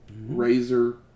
Razor